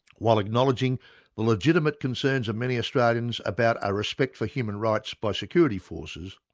while acknowledging the legitimate concerns of many australians about a respect for human rights by security forces,